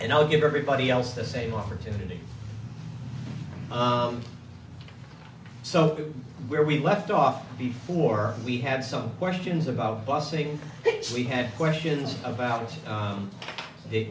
and i'll give everybody else the same opportunity so where we left off before we had some questions about bussing we had questions about